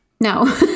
No